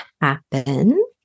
happen